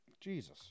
jesus